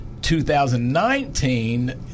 2019